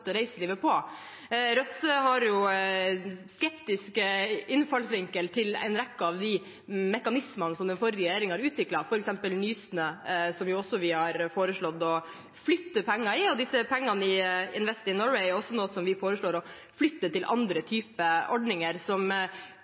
reiselivet på. Rødt har en innfallsvinkel der vi er skeptiske til en rekke av de mekanismene som den forrige regjeringen har utviklet, f.eks. Nysnø, som vi også har foreslått å flytte penger i. Disse pengene i Invest in Norway er også noe som vi foreslår å flytte til andre typer ordninger, som